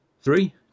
Three